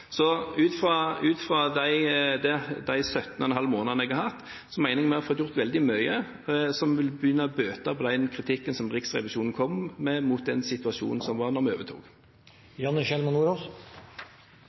Så ut fra at vi har hatt 17,5 måneder på oss, mener jeg at vi har fått gjort veldig mye som vil bøte på den kritikken som Riksrevisjonen kom med mot den situasjonen som var da vi